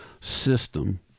system